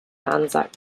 anzac